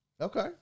Okay